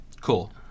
cool